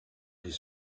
des